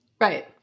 Right